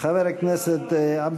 תודה לחבר הכנסת שמולי.